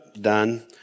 done